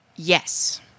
Yes